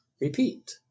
repeat